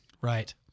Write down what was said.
Right